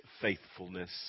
faithfulness